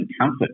comfort